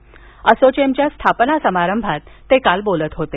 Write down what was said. असोचेम च्या स्थापना समारंभात ते काल बोलत होते